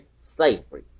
slavery